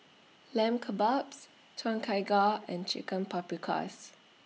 Lamb Kebabs Tom Kha Gai and Chicken Paprikas